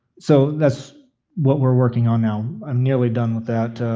so, that's what we're working on now. i'm nearly done with that.